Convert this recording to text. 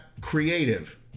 creative